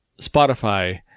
Spotify